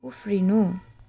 उफ्रिनु